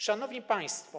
Szanowni Państwo!